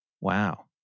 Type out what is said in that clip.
Wow